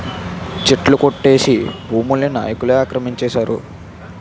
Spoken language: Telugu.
చెట్లు కొట్టేసి భూముల్ని నాయికులే ఆక్రమించేశారు